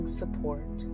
support